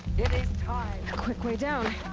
it is time! a quick way down!